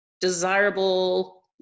desirable